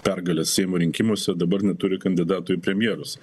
pergalės seimo rinkimuose dabar neturi kandidatų į premjerus